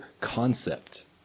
concept